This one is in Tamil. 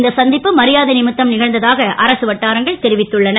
இந்த சந் ப்பு மரியாதை மித்தம் க ந்ததாக அரசு வட்டாரங்கள் தெரிவித்துள்ளன